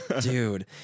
dude